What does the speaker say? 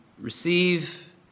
receive